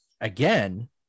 again